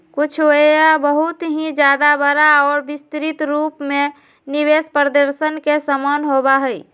कुछ व्यय बहुत ही ज्यादा बड़ा और विस्तृत रूप में निवेश प्रदर्शन के समान होबा हई